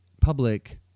Public